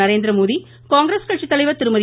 நரேந்திரமோடி காங்கிரஸ் கட்சித்தலைவர் திருமதி